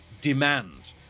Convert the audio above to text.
demand